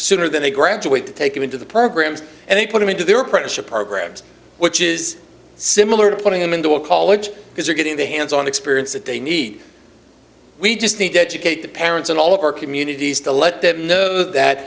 sooner than they graduate to take them into the programs and they put them into their apprenticeship programs which is similar to putting them into a college because you're getting the hands on experience that they need we just need to educate the parents in all of our communities to let them know that